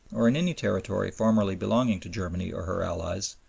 or or in any territory formerly belonging to germany or her allies,